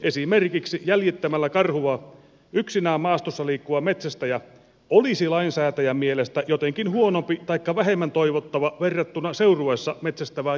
esimerkiksi jäljittämällä karhua yksinään maastossa liikkuva metsästäjä olisi lainsäätäjän mielestä jotenkin huonompi taikka vähemmän toivottava verrattuna seurueessa metsästävään jahtiveljeensä